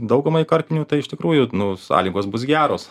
daugumai karpinių tai iš tikrųjų nu sąlygos bus geros